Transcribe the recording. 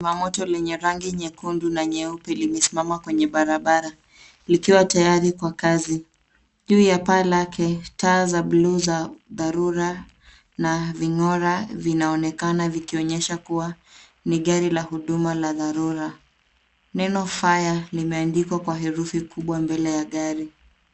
Zimamoto lenye rangi nyekundu na nyeupe limesimama kwenye barabara likiwa tayari kwa kazi. Juu ya paa lake, taa za bluu za dharura na ving'ora vinaonekana vikionyesha kuwa ni gari la huduma la dharura. Neno fire limeandikwa kwa herufi kubwa mbele ya gari.